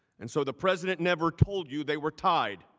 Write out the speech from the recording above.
and so the president never told you they were tied?